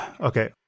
Okay